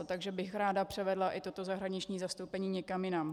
Takže bych ráda převedla i toto zahraniční zastoupení někam jinam.